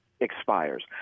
Expires